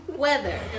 weather